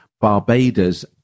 Barbados